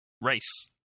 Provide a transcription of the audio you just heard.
race